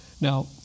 Now